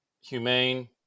humane